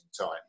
time